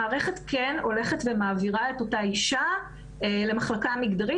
המערכת כן הולכת ומעבירה את אותה אישה למחלקה המגדרית,